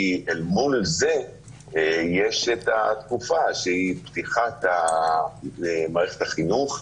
כי אל מול זה יש את התקופה שהיא פתיחת מערכת החינוך.